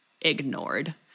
ignored